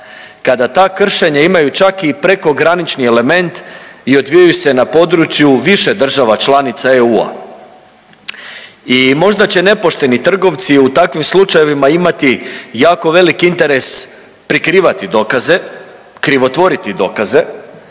kada ta kršenja imaju čak i prekogranični element i odvijaju se na području više država članica EU-a i možda će nepošteni trgovci u takvim slučajevima imati jako velik interes prikrivati dokaze, krivotvoriti dokaze